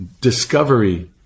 discovery